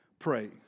Pray